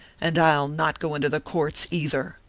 and i'll not go into the courts either.